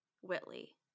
Whitley